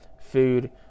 food